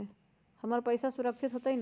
हमर पईसा सुरक्षित होतई न?